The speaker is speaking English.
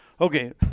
okay